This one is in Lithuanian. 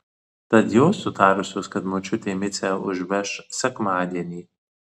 tad jos sutarusios kad močiutė micę užveš sekmadienį